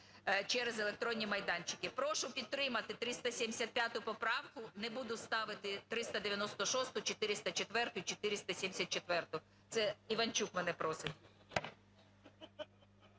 через електронні майданчики? Прошу підтримати 375 поправку. Не буду ставити 396-у, 404-у і 474-у. Це Іванчук мене просить.